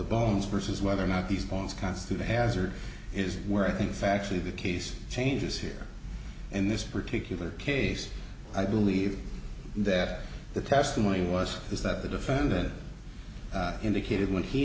bones versus whether or not these bones constitute a hazard is where i think factually the case changes here in this particular case i believe that the testimony was is that the defendant indicated when he